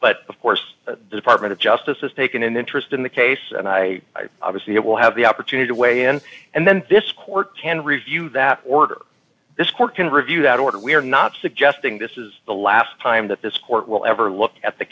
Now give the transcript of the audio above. but of course the department of justice has taken an interest in the case and i obviously it will have the opportunity to weigh in and then this court can review that order this court can review that order we are not suggesting this is the last time that this court will ever look at the